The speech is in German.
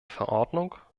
verordnung